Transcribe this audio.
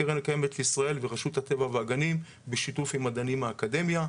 הקרן הקיימת לישראל ורשות הטבע והגנים בשיתוף עם מעדנים מהאקדמיה.